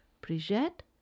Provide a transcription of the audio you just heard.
Brigitte